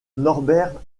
norbert